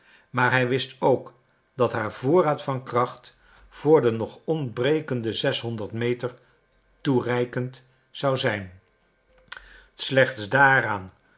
maar hij wist ook dat haar voorraad van kracht voor de nog ontbrekende zeshonderd meter toereikend zou zijn slechts daaraan